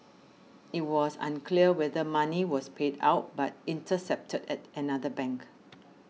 it was unclear whether money was paid out but intercepted at another bank